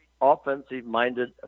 offensive-minded